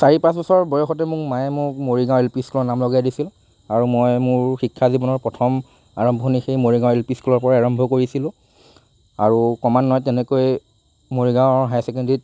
চাৰি পাঁচ বছৰ বয়সতে মোক মায়ে মোক মৰিগাঁও এল পি স্কুলত নাম লগাই দিছিল আৰু মই মোৰ শিক্ষা জীৱনৰ প্ৰথম আৰম্ভণি সেই মৰিগাঁও এল পি স্কুলৰ পৰাই আৰম্ভ কৰিছিলোঁ আৰু ক্ৰমান্বয়ে তেনেকৈ মৰিগাঁৱৰ হায়াৰ ছেকেণ্ডেৰীত